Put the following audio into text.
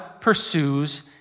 pursues